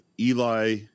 Eli